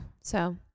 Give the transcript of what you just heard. So-